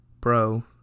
Bro